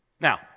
Now